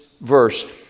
verse